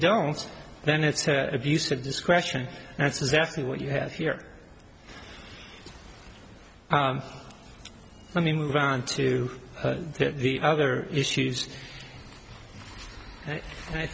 don't then it's abuse of discretion that's exactly what you have here let me move on to the other issues i